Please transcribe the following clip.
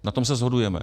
Na tom se shodujeme.